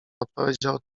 odpowiedział